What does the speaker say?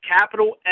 capital